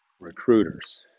recruiters